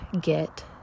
get